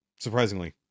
surprisingly